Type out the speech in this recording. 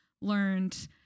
learned